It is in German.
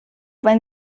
wenn